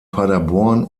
paderborn